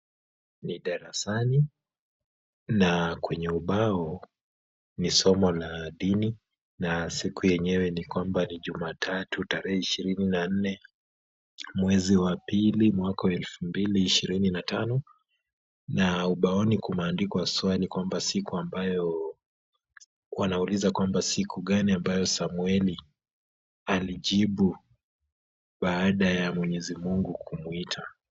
Ni darasani na kwenye ubao ni somo la dini, na siku yenyewe ni kwamba ni Jumatatu tarehe ishirini na nne mwezi wa pili mwaka wa elfu mbili ishirini na tano, na ubaoni kumeandikwa swali kwamba siku ambayo, wanauliza kwamba siku gani ambayo Samueli alijibu baada ya Mwenyezi Mungu kumuita.